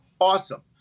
Awesome